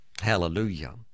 Hallelujah